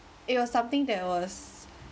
it was something that was